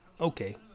Okay